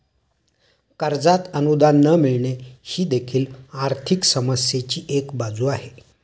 कर्जात अनुदान न मिळणे ही देखील आर्थिक समस्येची एक बाजू आहे